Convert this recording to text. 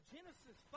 Genesis